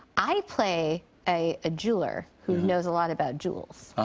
i play a a jeweler who knows a lot about jewels.